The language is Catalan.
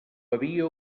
havia